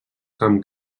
camp